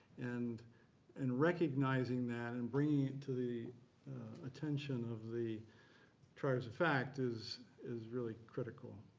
and and recognizing that and bringing to the attention of the triers of fact is is really critical.